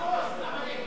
מרצ העבודה